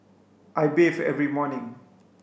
I bathe every morning